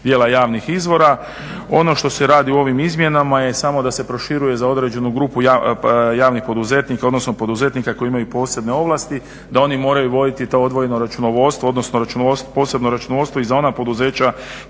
djela javnih izvora. Ono što se radi o ovim izmjenama je samo da se proširuje za određenu grupu javnih poduzetnika odnosno poduzetnika koji imaju posebne ovlasti da oni moraju voditi to odvojeno računovodstvo odnosno posebno računovodstvo i za ona poduzeća